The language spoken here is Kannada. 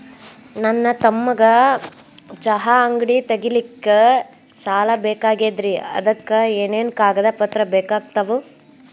ನನ್ನ ತಮ್ಮಗ ಚಹಾ ಅಂಗಡಿ ತಗಿಲಿಕ್ಕೆ ಸಾಲ ಬೇಕಾಗೆದ್ರಿ ಅದಕ ಏನೇನು ಕಾಗದ ಪತ್ರ ಬೇಕಾಗ್ತವು?